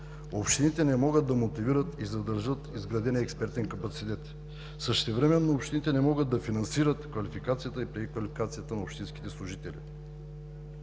Общините не могат да мотивират и задържат изградения експертен капацитет. Същевременно общините не могат да финансират квалификацията и преквалификацията на общинските служители.